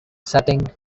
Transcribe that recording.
setting